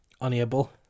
unable